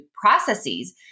processes